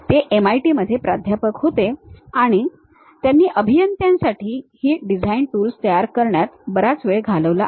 ते एमआयटीमध्ये प्राध्यापक होते आणि त्यांनी अभियंत्यांसाठी ही डिझाइन टूल्स तयार करण्यात बराच वेळ घालवला आहे